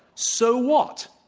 so what?